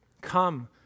Come